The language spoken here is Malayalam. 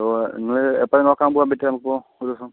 ഇപ്പോൾ നിങ്ങൾ എപ്പോഴാണ് നോക്കാൻ പോകാൻ പറ്റുക നമുക്കിപ്പം ഒരു ദിവസം